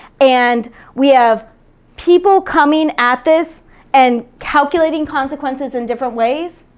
and we have people coming at this and calculating consequences in different ways,